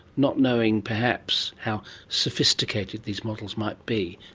not knowing perhaps how sophisticated these models might be.